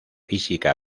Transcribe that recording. física